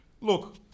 Look